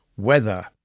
weather